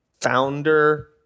founder